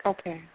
Okay